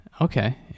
Okay